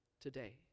today